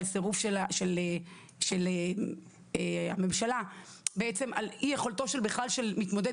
סירוב של הממשלה והיא בעצם על אי יכולתו בכלל של מתמודד